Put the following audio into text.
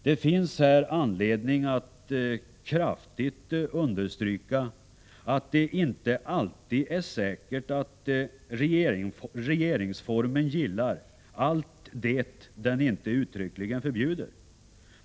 Det finns här anledning att kraftigt understryka att det inte alltid är säkert att regeringsformen gillar allt det den inte uttryckligen förbjuder.